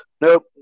Nope